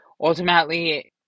ultimately